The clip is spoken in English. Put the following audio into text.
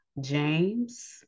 James